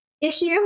issue